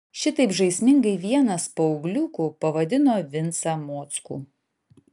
šitaip žaismingai vienas paaugliukų pavadino vincą mockų